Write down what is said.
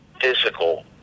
physical